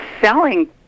selling